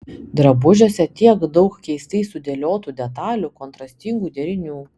drabužiuose tiek daug keistai sudėliotų detalių kontrastingų derinių